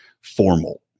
formal